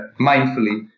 mindfully